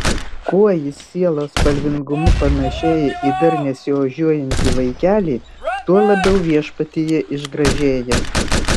kuo jis sielos spalvingumu panašėja į dar nesiožiuojantį vaikelį tuo labiau viešpatyje išgražėja